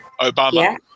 Obama